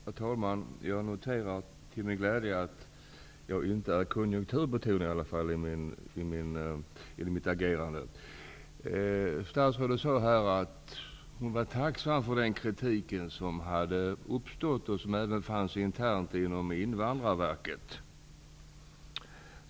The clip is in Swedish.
Herr talman! Jag noterar till min glädje att jag i varje fall inte betraktas som konjunkturbetonad i mitt agerande. Statsrådet sa att hon var tacksam för den kritik som hade uppkommit, även den interna kritiken inom Invandrarverket.